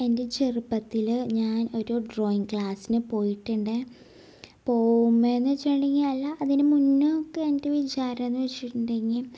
എൻ്റെ ചെറുപ്പത്തിൽ ഞാൻ ഒരു ഡ്രോയിങ് ക്ലാസിന് പോയിട്ടുണ്ട് പോവുമ്പേന്ന്വച്ച്ട്ട്ണ്ടെങ്കിൽ എല്ലാം അതിന് മുന്നേക്കേ എൻ്റെ വിചാരംന്ന്വച്ച്ട്ട്ണ്ടെങ്കിൽ